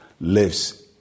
lives